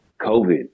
COVID